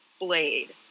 blade